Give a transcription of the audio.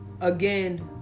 again